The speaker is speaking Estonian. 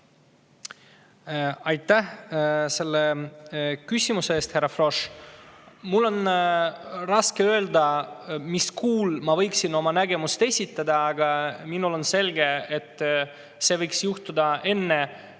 Aitäh selle küsimuse eest, härra Frosch! Mul on raske öelda, mis kuul ma võiksin oma nägemuse esitada, aga on selge, et see võiks juhtuda enne